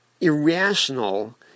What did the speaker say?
irrational